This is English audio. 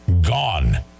Gone